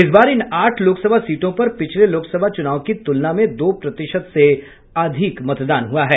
इस बार इन आठ लोकसभा सीटों पर पिछले लोकसभा चूनाव की तूलना में दो प्रतिशत से अधिक मतदान हुआ है